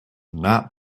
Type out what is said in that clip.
not